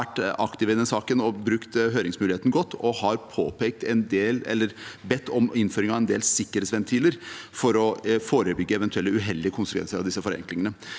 har vært aktive i denne saken. De har brukt høringsmuligheten godt og har bedt om innføring av en del sikkerhetsventiler for å forebygge eventuelle uheldige konsekvenser av disse forenklingene.